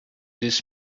this